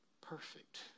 perfect